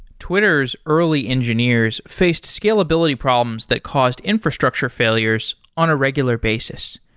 twitter s early engineers faced scalability problems that caused infrastructure failures on a regular basis.